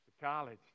college